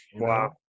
Wow